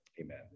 Amen